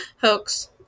hoax